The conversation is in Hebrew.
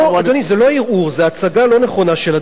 אדוני, זה לא ערעור, זו הצגה לא נכונה של הדברים.